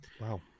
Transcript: wow